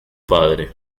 padre